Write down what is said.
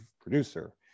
producer